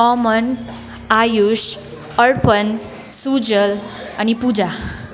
अमन आयुष अर्पण सुजल अनि पूजा